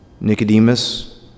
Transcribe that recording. Nicodemus